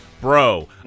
Bro